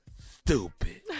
Stupid